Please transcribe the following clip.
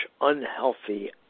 unhealthy